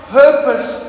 purpose